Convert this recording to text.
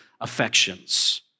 affections